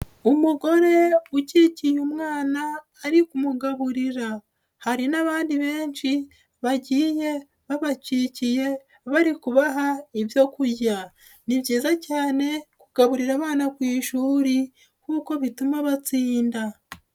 Umugore ukikiye umwana ari kumugaburira hari n'abandi benshi bagiye babakikiye bari kubaha ibyo kurya, ni byiza cyane kugaburira abana ku ishuri kuko bituma batsinda.